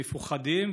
מפוחדים,